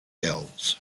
elves